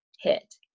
hit